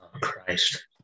Christ